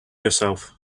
yourself